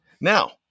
Now